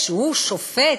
כשהוא שופט,